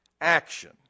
action